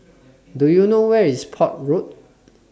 Do YOU know Where IS Port Road